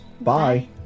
Bye